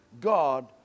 God